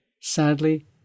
Sadly